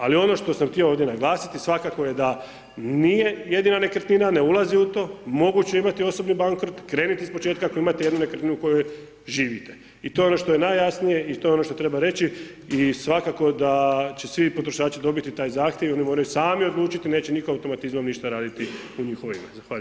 Ali ono što sam htio ovdje naglasiti svakako je da nije jedina nekretnina, ne ulazi u to, moguće je imati osobni bankrot, krenit ispočetka ako imate jednu nekretninu u kojoj živite i to je ono što je najjasnije i to je ono što treba reći i svakako da će svi potrošači dobiti taj zahtjev i oni moraju sami odlučiti neće niko automatizmom ništa raditi u njihovo ime.